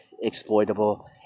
exploitable